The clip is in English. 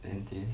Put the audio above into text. and then